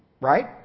Right